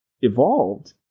evolved